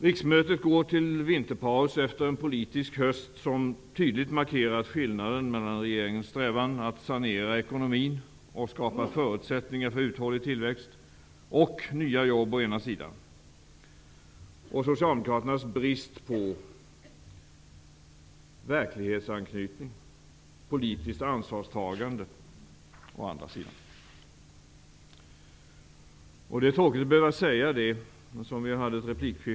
Riksmötet går till vinterpaus efter en politisk höst som tydligt har markerat skillnaden mellan å ena sidan regeringens strävan att sanera ekonomin och skapa förutsättningar för uthållig tillväxt och nya jobb och å andra sidan Socialdemokraternas brist på verklighetsanknytning och politiskt ansvarstagande. I opinionsframgångens stund har förnuftet fått ge vika för retoriken.